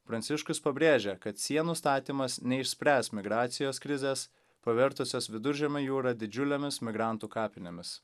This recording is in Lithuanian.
pranciškus pabrėžia kad sienų statymas neišspręs migracijos krizės pavertusios viduržemio jūrą didžiulėmis migrantų kapinėmis